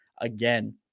again